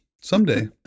Someday